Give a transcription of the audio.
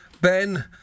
Ben